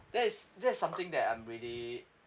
that is that's something that I'm really